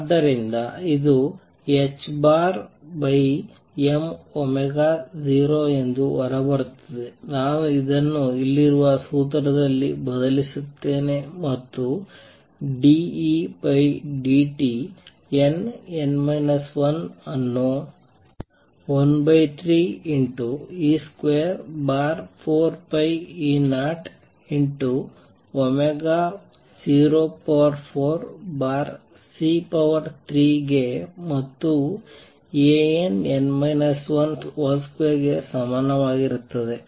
ಆದ್ದರಿಂದ ಇದು 2m0 ಎಂದು ಹೊರಬರುತ್ತದೆ ನಾನು ಇದನ್ನು ಇಲ್ಲಿರುವ ಸೂತ್ರದಲ್ಲಿ ಬದಲಿಸುತ್ತೇನೆ ಮತ್ತು dEdtnn 1 ಅನ್ನು 13e24π004c3ಗೆ ಮತ್ತು Ann 12 ಗೆ ಸಮನಾಗಿರುತ್ತದೆ